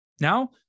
Now